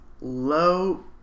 Low